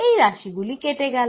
এই রাশি গুলি কেটে গেল